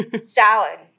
salad